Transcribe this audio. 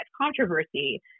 controversy